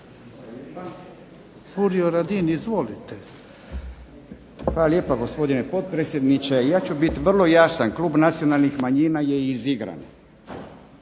Hvala lijepo gospodine potpredsjedniče. Ja ću biti vrlo jasan. Klub nacionalnih manjina je izigran.